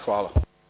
Hvala.